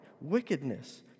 wickedness